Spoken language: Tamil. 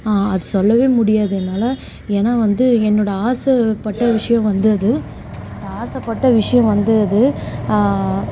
அது சொல்லவே முடியாது என்னால் ஏனால் வந்து என்னோடய ஆசைப்பட்ட விஷயம் வந்து அது ஆசைப்பட்ட விஷயம் வந்து அது